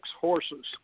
horses